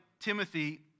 Timothy